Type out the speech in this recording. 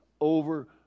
over